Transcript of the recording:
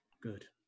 Good